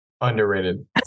Underrated